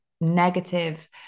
negative